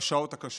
בשעות הקשות: